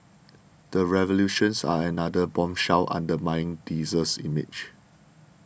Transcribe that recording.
the revelations are another bombshell undermining diesel's image